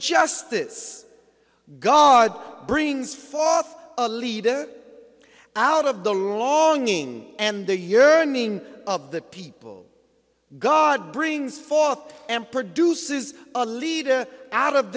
justice god brings forth a leader out of the longing and the yearning of the people god brings forth and produces a leader out of